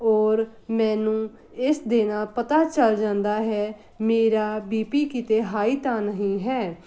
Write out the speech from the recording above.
ਔਰ ਮੈਨੂੰ ਇਸ ਦੇ ਨਾਲ ਪਤਾ ਚੱਲ ਜਾਂਦਾ ਹੈ ਮੇਰਾ ਬੀ ਪੀ ਕਿਤੇ ਹਾਈ ਤਾਂ ਨਹੀਂ ਹੈ